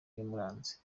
yamuranze